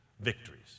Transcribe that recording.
victories